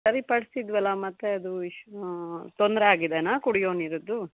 ಸರಿಪಡಿಸಿದ್ವಲ್ಲ ಮತ್ತೆ ಅದು ಇಶ್ಯೂ ತೊಂದರೆ ಆಗಿದೆಯಾ ಕುಡಿಯೋ ನೀರಿನದ್ದು